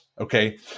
okay